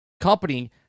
company